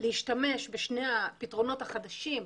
להשתמש בשני הפתרונות החדשים,